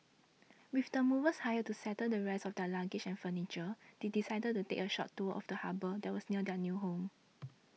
with the movers hired to settle the rest of their luggage and furniture they decided to take a short tour first of the harbour that was near their new home